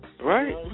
Right